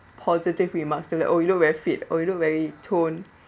positive remarks still like oh you look very fit or you look very toned